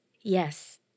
Yes